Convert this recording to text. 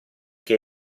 che